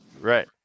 Right